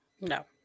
No